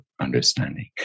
understanding